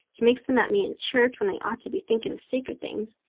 he makes them at me in church when i ought to be thinking of sacred things.